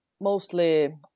mostly